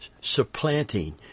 supplanting